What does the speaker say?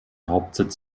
hauptsitz